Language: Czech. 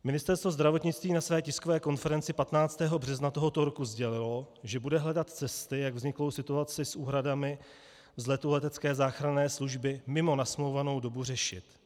Ministerstvo zdravotnictví na své tiskové konferenci 15. března tohoto roku sdělilo, že bude hledat cesty, jak vzniklou situaci úhradami vzletu letecké záchranné služby mimo nasmlouvanou dobu řešit.